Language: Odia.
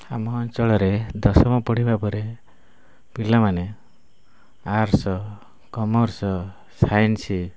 ଆମ ଅଞ୍ଚଳରେ ଦଶମ ପଢ଼ିବା ପରେ ପିଲାମାନେ ଆର୍ଟ୍ସ କମର୍ସ ସାଇନ୍ସ